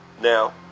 now